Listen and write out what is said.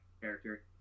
character